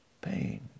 pain